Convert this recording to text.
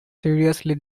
seriously